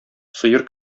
сыер